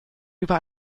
über